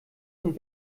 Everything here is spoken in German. und